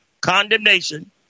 condemnation